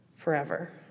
Forever